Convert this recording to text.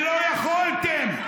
תעביר אותה, ולא יכולתם, יכולנו.